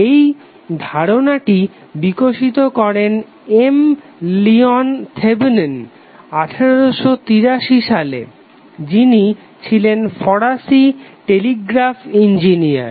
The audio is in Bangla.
এই ধারনাটি বিকশিত করেন M Leon Thevenin M Leon Thevenin 1883 সালে জিনি ছিলেন ফরাসি টেলিগ্রাফ ইঞ্জিনিয়ার